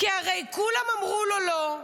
כי הרי כולם אמרו לו לא,